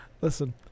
Listen